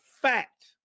fact